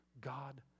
God